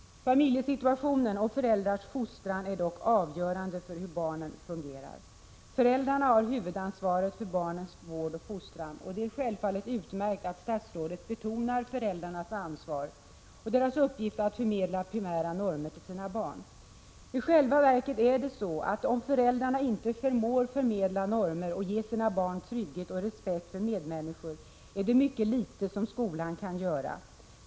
Familjesituationen och föräldrarnas fostran är dock avgörande för hur barnen fungerar. Föräldrarna har huvudansvaret för barnens vård och fostran. Det är självfallet utmärkt att statsrådet betonar föräldrarnas ansvar och uppgift att förmedla primära normer till sina barn. I själva verket är det så, att om föräldrarna inte förmår förmedla normer och ge sina barn trygghet och respekt för medmänniskor är det mycket litet som skolan kan göra.